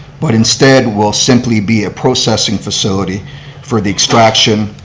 but instead will simply be a processing facility for the extraction,